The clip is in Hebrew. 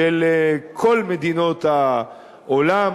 של כל מדינות העולם.